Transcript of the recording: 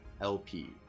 lp